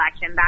back